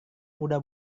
muda